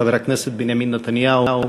חבר הכנסת בנימין נתניהו,